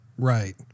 Right